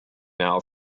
now